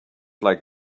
like